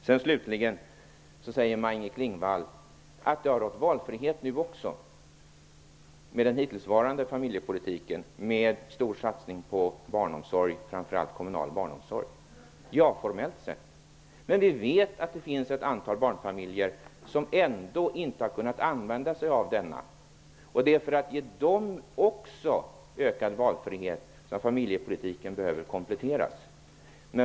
Slutligen säger Maj-Inger Klingvall att det har rått valfrihet också med den hittillsvarande familjepolitiken, med en stor satsning på barnomsorg, framför allt kommunal barnomsorg. Ja, det har det gjort, formellt sett. Men vi vet att det finns ett antal barnfamiljer som ändå inte har kunnat använda sig av denna. Det är för att ge också dem ökad valfrihet som familjepolitiken behöver kompletteras.